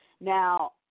Now